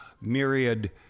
myriad